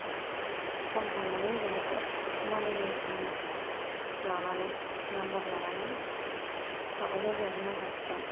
phone हरनानै लिंहरदो मालायनि फन लानानै नाम्बार लानानै थाबैनो लिंहरनो हासिगोन